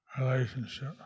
relationship